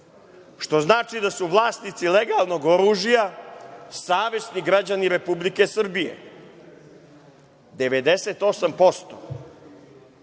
što znači da su vlasnici legalnog oružja savesni građani Republike Srbije.